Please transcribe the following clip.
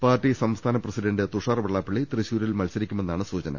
party സംസ്ഥാന president Thushar Vellappally തൃശൂരിൽ മത്സരിക്കുമെന്നാണ് സൂചന